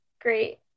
great